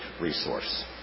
resource